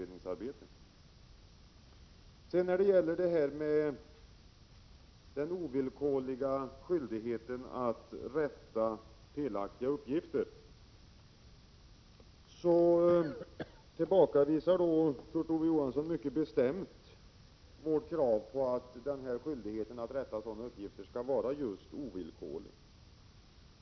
När det gäller den ovillkorliga skyldigheten att rätta felaktiga uppgifter tillbakavisar Kurt Ove Johansson mycket bestämt vårt krav på att den skyldigheten skall vara just ovillkorlig.